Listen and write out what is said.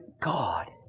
God